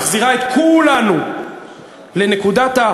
מחזירה את כולנו לנקודת,